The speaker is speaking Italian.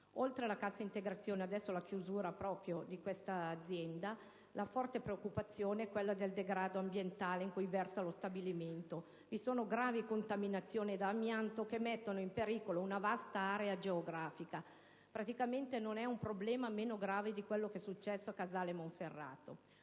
Oltre alla cassa integrazione e, ora, alla chiusura di questa azienda, vi è forte preoccupazione per il degrado ambientale in in cui versa il suo stabilimento. Vi sono gravi contaminazioni da amianto che mettono in pericolo una vasta area geografica; praticamente non è un problema meno grave di quello che si è verificato a Casale Monferrato.